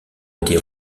été